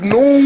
no